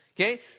okay